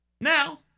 Now